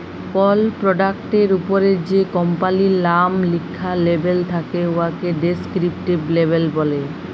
call পরডাক্টের উপরে যে কম্পালির লাম লিখ্যা লেবেল থ্যাকে উয়াকে ডেসকিরিপটিভ লেবেল ব্যলে